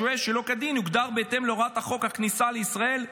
שוהה שלא כדין יוגדר בהתאם להוראות חוק הכניסה לישראל,